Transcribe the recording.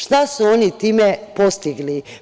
Šta su oni time postigli?